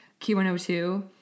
Q102